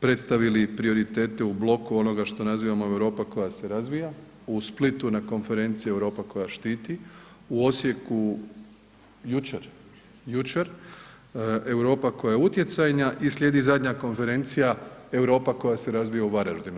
predstavili prioritete u bloku onoga što nazivamo Europa koja se razvija, u Splitu na konferenciji Europa koja štiti, u Osijeku jučer Europa koja je utjecajna i slijedi zadnja konferencija Europa koja se razvija u Varaždinu.